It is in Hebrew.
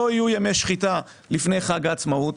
שלא יהיו ימי שחיטה לפני חג העצמאות.